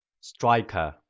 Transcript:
Striker